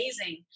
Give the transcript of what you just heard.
amazing